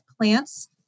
plants